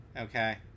Okay